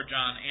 John